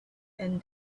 and